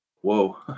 whoa